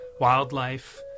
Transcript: wildlife